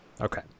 Okay